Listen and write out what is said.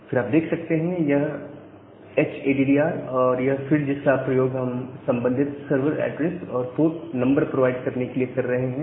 फिर आप देख सकते हैं यह H A D D R और यह फील्ड जिसका प्रयोग हम संबंधित सर्वर एड्रेस और पोर्ट नंबर प्रोवाइड करने के लिए कर रहे हैं